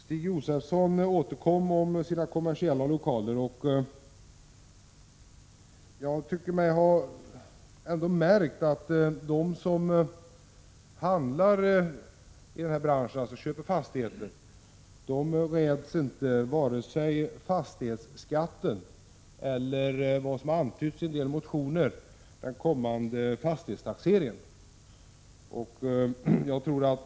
Stig Josefson återkom till de kommersiella lokalerna. Jag tycker mig trots allt ha märkt att de som köper fastigheter inte räds vare sig fastighetsskatten eller, som det har antytts i en del motioner, den kommande fastighetstaxeringen.